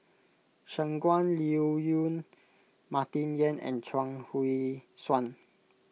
Shangguan Liuyun Martin Yan and Chuang Hui Tsuan